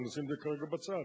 אבל נשים את זה כרגע בצד,